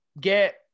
get